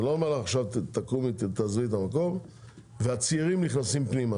אני לא אומר לך לקום ולעזוב את המקום עכשיו והצעירים נכנסים פנימה,